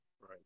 Right